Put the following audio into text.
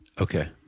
Okay